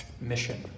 mission